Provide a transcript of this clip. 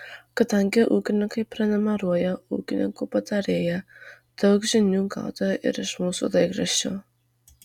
kadangi ūkininkai prenumeruoja ūkininko patarėją daug žinių gauta ir iš mūsų laikraščio